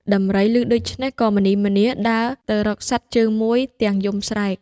ដំរីឮដូច្នេះ ក៏ម្នីម្នាដើរទៅរកសត្វជើងមួយទាំងយំស្រែក។